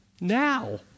now